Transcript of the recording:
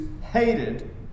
hated